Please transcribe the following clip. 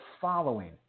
following